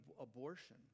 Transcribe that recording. abortion